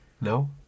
No